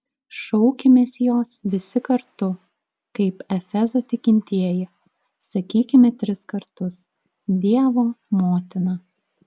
šaukimės jos visi kartu kaip efezo tikintieji sakykime tris kartus dievo motina